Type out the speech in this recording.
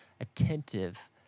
attentive